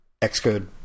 xcode